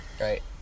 right